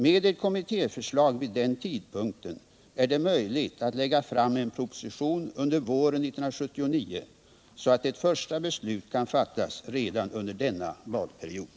Med ett kommittéförslag vid den tidpunkten är det möjligt att lägga fram en proposition under våren 1979 så att ett första beslut kan fattas redan under denna valperiod.